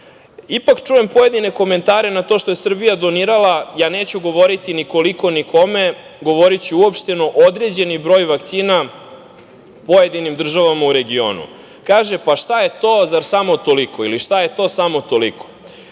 čujem pojedine komentare na to što je Srbija donirala, ja neću govoriti ni koliko ni kome, govoriću uopšteno, određeni broj vakcina pojedinim državama u regionu. Kaže – pa, šta je to, zar samo toliko? Ili – šta je to, samo toliko?